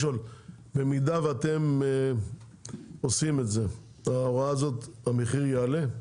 במידה ואתם עושים את זה, בהוראה הזו המחיר יעלה?